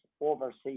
overseas